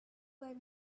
were